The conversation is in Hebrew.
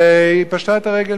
והיא פשטה את הרגל.